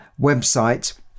website